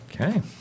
Okay